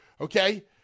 Okay